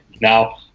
Now